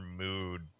mood